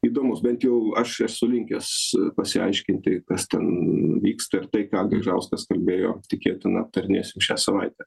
įdomus bent jau aš esu linkęs pasiaiškinti kas ten vyksta ir tai ką gaižauskas kalbėjo tikėtina aptarinėsim šią savaitę